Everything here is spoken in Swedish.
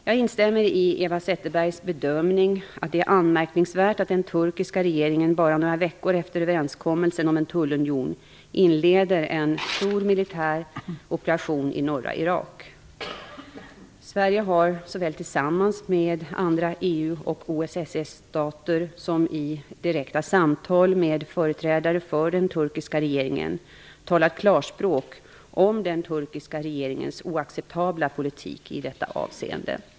Jag instämmer i Eva Zetterbergs bedömning, att det är anmärkningsvärt att den turkiska regeringen bara några veckor efter överenskommelsen om en tullunion inleder en stor militär operation i norra Irak. Sverige har, såväl tillsammans med de andra EU och OSSE-staterna som i direkta samtal med företrädare för den turkiska regeringen, talat klarspråk om den turkiska regeringens oacceptabla politik i detta avseende.